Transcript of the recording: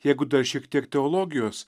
jeigu dar šiek tiek teologijos